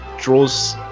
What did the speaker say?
draws